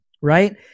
right